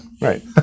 right